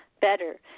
better